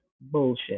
bullshit